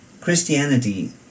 Christianity